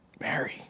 Mary